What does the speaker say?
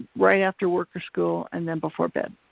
right after work or school and then before bed.